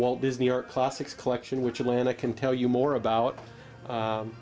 walt disney or classics collection which atlanta can tell you more about